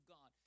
God